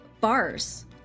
bars